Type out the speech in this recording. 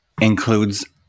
includes